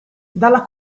dalla